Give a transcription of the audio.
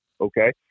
okay